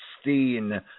Steen